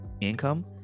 income